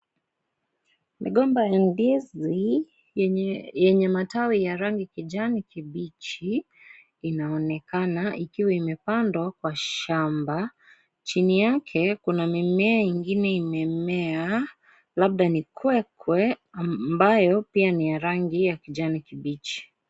Migomba ya ndizi, yenye matawi ya rangi ya kijani kibichi inaonekana ikiwa imepandwa kwa shamba. Chini yake kuna mimea ingine imemea labda ni kwekwe ambayo pia ni ya rangi ya kijani kibichi.